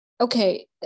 okay